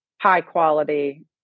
high-quality